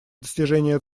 достижения